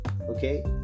okay